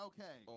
Okay